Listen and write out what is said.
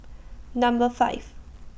Number five